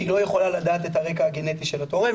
שהיא לא יכולה לדעת את הרקע הגנטי של התורם,